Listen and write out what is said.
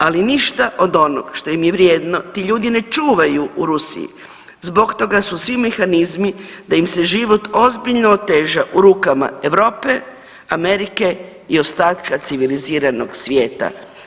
Ali ništa od onog što im je vrijedno ti ljudi ne čuvaju u Rusiji, zbog toga su svi mehanizmi da im se život ozbiljno oteža u rukama Europe, Amerike i ostatka civiliziranog svijeta.